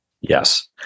Yes